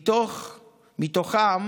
מתוכם